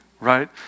right